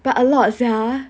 but a lot sia